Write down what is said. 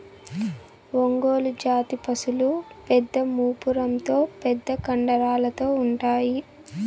ఒంగోలు జాతి పసులు పెద్ద మూపురంతో పెద్ద కండరాలతో ఉంటాయి